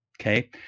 Okay